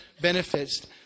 benefits